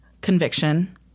conviction